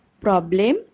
problem